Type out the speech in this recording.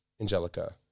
Angelica